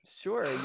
sure